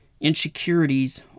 Insecurities